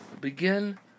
begin